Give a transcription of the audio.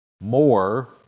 more